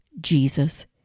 Jesus